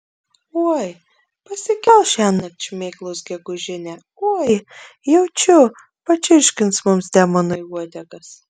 oi pasikels šiąnakt šmėklos gegužinę oi jaučiu pačirškins mums demonai uodegas